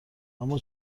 اِما